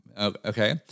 Okay